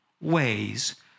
ways